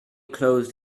closed